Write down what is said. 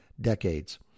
decades